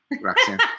Roxanne